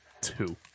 Two